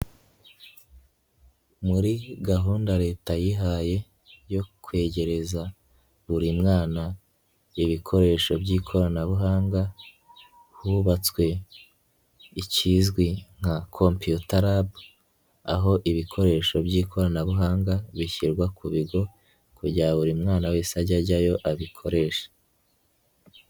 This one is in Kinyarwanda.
Muri gahunda leta yihaye yo kwegereza buri mwana ibikoresho by'ikoranabuhanga, hubatswe ikizwi nka computer lab, aho ibikoresho by'ikoranabuhanga bishyirwa ku bigo kugira ngo buri mwana wese ajye ajyayo abikoreshe.